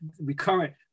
recurrent